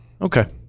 Okay